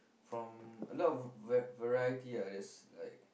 from a lot va~ variety ah there's like